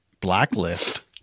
Blacklist